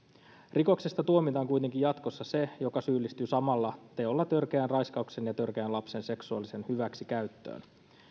rikoksesta tuomitaan kuitenkin jatkossa se joka syyllistyy samalla teolla törkeään raiskaukseen ja törkeään lapsen seksuaaliseen hyväksikäyttöön